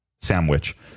sandwich